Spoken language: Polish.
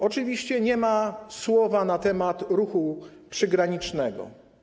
Oczywiście nie ma słowa na temat ruchu przygranicznego.